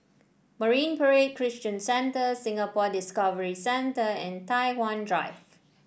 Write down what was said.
Marine Parade Christian Centre Singapore Discovery Centre and Tai Hwan Drive